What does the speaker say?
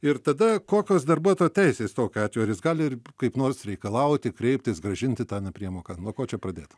ir tada kokios darbuotojo teisės tokiu atveju ar jis gali kaip nors reikalauti kreiptis grąžinti tą nepriemoką nuo ko čia pradėt